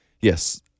yes